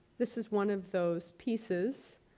this is one of those pieces.